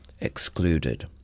excluded